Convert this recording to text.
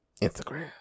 Instagram